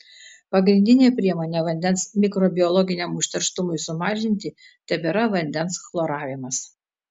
pagrindinė priemonė vandens mikrobiologiniam užterštumui sumažinti tebėra vandens chloravimas